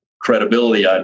credibility